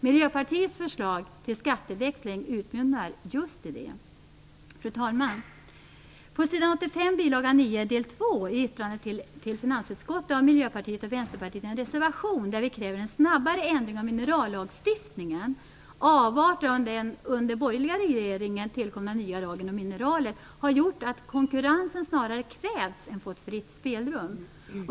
Miljöpartiets förslag till skatteväxling utmynnar just i detta. Fru talman! På s. 85, bil. 9, del 2 i yttrandet till finansutskottet har Miljöpartiet och Vänsterpartiet en avvikande mening, där vi kräver en snabbare ändring av minerallagstiftningen. Avarter av den under den borgerliga regeringen tillkomna nya lagen om mineral har gjort att konkurrensen snarare kvävts än fått fritt spelrum.